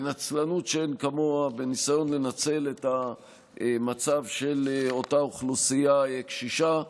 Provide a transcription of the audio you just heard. ונצלנות שאין כמוה בניסיון לנצל את המצב של אותה אוכלוסייה קשישה.